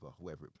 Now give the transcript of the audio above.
whoever